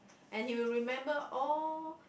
and he will remember all